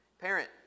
Parent